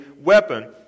weapon